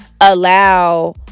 allow